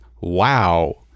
wow